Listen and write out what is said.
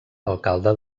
alcalde